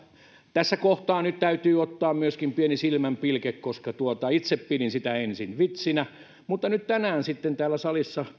tässä kohtaa nyt täytyy ottaa myöskin pieni silmänpilke koska itse pidin sitä ensin vitsinä mutta nyt tänään sitten täällä salissa